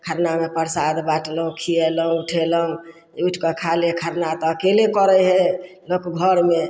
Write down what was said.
खरनामे परसाद बाँटलहुँ खिएलहुँ खएलहुँ उठिकऽ खा ले खरना तऽ अकेले करै हइ लोक घरमे